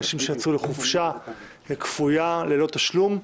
אנשים שיצאו לחופשה כפויה ללא תשלום.